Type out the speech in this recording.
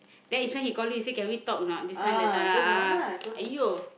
that is when he call you he say can we talk or not this one that one !aiyo!